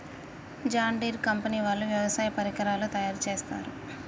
John Deere company వాళ్ళు వ్యవసాయ పరికరాలు తయారుచేస్తారు